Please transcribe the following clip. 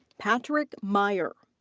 patrick maier.